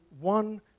one